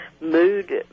mood